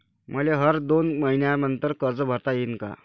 मले हर दोन मयीन्यानंतर कर्ज भरता येईन का?